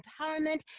empowerment